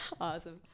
awesome